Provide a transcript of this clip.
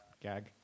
gag